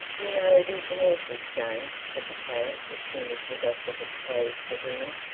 you know it is an awful shame, said the parrot as soon as the doctor had closed the door.